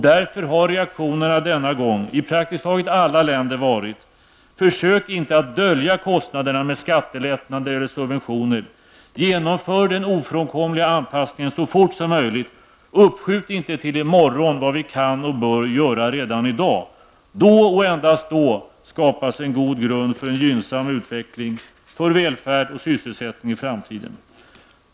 Därför har reaktionerna denna gång i praktiskt taget alla länder varit följande: Försök inte att dölja kostnaderna med skattelättnader eller subventioner! Genomför den ofrånkomliga anpassningen så fort som möjligt! Uppskjut inte till i morgon vad vi kan och bör göra redan idag! Då och endast då skapas en god grund för en gynnsam utveckling för välfärd och sysselsättning i framtiden.